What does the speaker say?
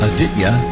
Aditya